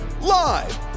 live